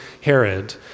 Herod